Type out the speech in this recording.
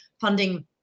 funding